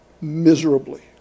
miserably